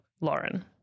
Lauren